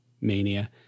mania